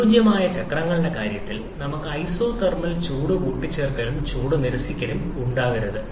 അനുയോജ്യമായ ചക്രങ്ങളുടെ കാര്യത്തിൽ നമുക്ക് ഐസോതെർമൽ ചൂട് കൂട്ടിച്ചേർക്കലും ചൂട് നിരസിക്കലും ഉണ്ടാകരുത്